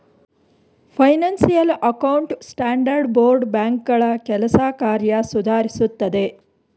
financial account standard board ಬ್ಯಾಂಕ್ಗಳ ಕೆಲಸ ಕಾರ್ಯ ಸುಧಾರಿಸುತ್ತದೆ